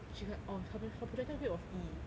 she got orh her pro~ her projected grade was E